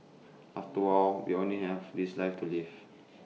after all we only have this life to live